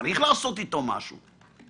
צריך לעשות איתו משהו.